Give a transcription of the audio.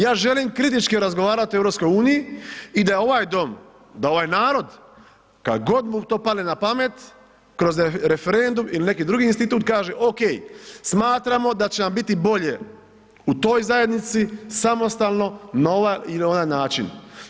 Ja želim kritički razgovarati o EU i da je ovaj Dom, da ovaj narod kad god mu to padne na pamet kroz referendum ili neki drugi institut kaže, ok, smatramo da će nam biti bolje u toj zajednici, samostalno, na ovaj ili onaj način.